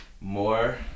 more